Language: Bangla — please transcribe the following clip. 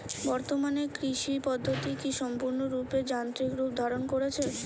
বর্তমানে কৃষি পদ্ধতি কি সম্পূর্ণরূপে যান্ত্রিক রূপ ধারণ করেছে?